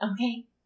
Okay